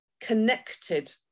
connected